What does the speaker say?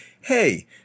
Hey